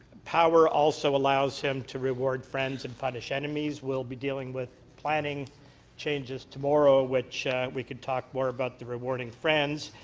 power also allows him to reward friends and punish enemies, we'll be dealing with planning changes tomorrow which we could talk more about the rewarding friends.